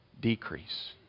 decrease